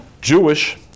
Jewish